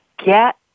Get